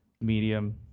Medium